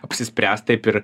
apsispręs taip ir